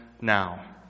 now